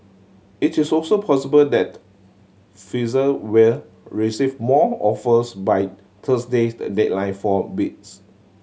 it is also possible that Pfizer will receive more offers by Thursday's that deadline for bids